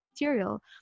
material